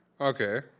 Okay